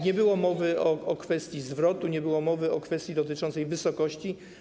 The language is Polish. Nie było mowy o kwestii zwrotu, nie było mowy o kwestii dotyczącej wysokości.